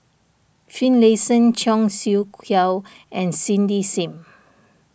Finlayson Cheong Siew Keong and Cindy Sim